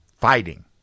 Fighting